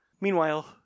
Meanwhile